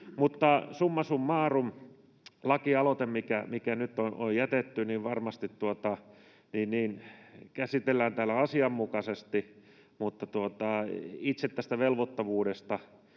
summa summarum: lakialoite, mikä nyt on jätetty, varmasti käsitellään täällä asianmukaisesti. Mutta itse tästä velvoittavuudesta: